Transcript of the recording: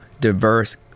diverse